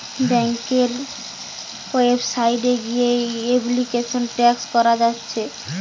ব্যাংকের ওয়েবসাইট গিয়ে application track কোরা যাচ্ছে